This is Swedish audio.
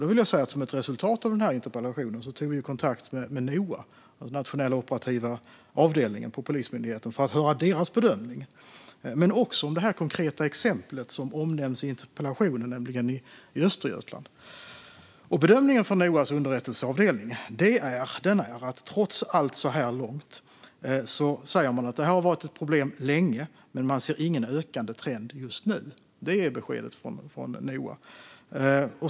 Jag vill säga att vi som ett resultat av interpellationen tog kontakt med Noa, Nationella operativa avdelningen, inom Polismyndigheten för att höra deras bedömning, också när det gäller det konkreta exempel i Östergötland som nämns i interpellationen. Bedömningen från Noas underrättelseavdelning är att problemet funnits länge men att man trots allt, så här långt, inte kan se någon ökande trend. Det är beskedet från Noa.